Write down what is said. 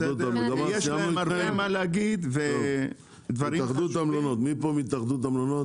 מי נמצא מהתאחדות המלונות?